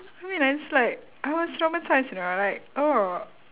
I mean ah it's like I was traumatised you know like